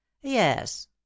Yes